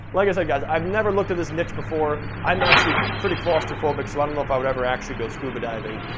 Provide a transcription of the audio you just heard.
like i said guys, i've never looked at this niche before, i'm actually pretty claustrophobic so i don't know if i would ever actually go scuba diving,